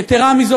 יתרה מזו,